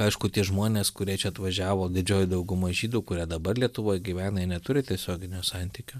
aišku tie žmonės kurie čia atvažiavo didžioji dauguma žydų kurie dabar lietuvoj gyvena jie neturi tiesioginio santykio